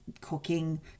cooking